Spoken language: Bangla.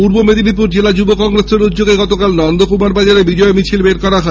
পূর্ব মেদিনীপুর জেলা যুব কংগ্রেসের উদ্যোগে গতকাল নন্দকুমার বাজারে বিজয় মিছিল বের করা হয়